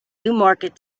newmarket